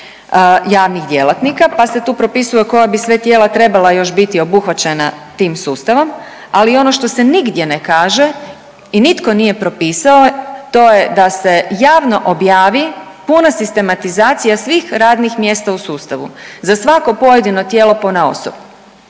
javnih djelatnika, pa se tu propisuje koja bi sve tijela trebala biti obuhvaćena tim sustavom, ali ono što se nigdje ne kaže i nitko nije propisao, to je da se javno objavi puna sistematizacija svih radnih mjesta u sustavu, za svako pojedino tijelo ponaosob.